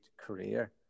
career